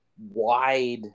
wide